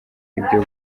ibyo